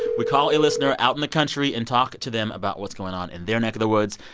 we call a listener out in the country and talk to them about what's going on in their neck of the woods.